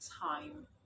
time